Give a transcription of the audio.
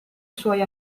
suoi